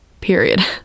Period